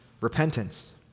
repentance